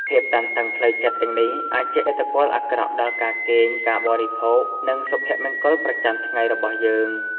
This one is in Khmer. ភាពតានតឹងផ្លូវចិត្តទាំងនេះអាចជះឥទ្ធិពលអាក្រក់ដល់ការគេង ការបរិភោគ និងសុភមង្គលប្រចាំថ្ងៃរបស់យើង។